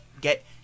get